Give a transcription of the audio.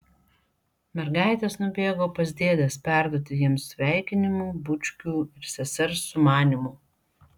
mergaitės nubėgo pas dėdes perduoti jiems sveikinimų bučkių ir sesers sumanymų